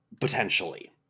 Potentially